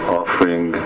offering